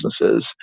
businesses